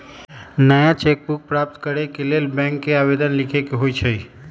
नया cheque book प्राप्त करेके लेल बैंक के आवेदन लीखे के होइ छइ